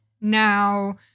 now